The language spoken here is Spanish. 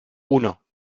uno